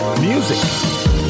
music